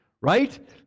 Right